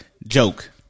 Joke